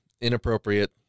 inappropriate